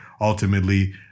ultimately